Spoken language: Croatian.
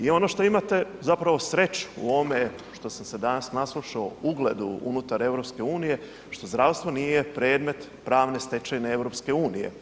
I ono što imate zapravo sreću u ovome što sam se danas naslušao, ugledu unutar EU što zdravstvo nije predmet pravne stečevine EU.